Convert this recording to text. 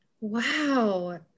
wow